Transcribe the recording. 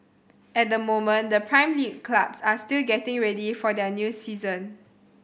at the moment the Prime League clubs are still getting ready for their new season